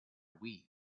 wii